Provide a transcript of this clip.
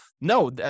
no